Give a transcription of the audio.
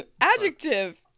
Adjective